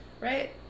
Right